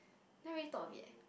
never really thought of it eh